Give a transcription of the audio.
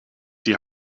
die